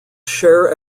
share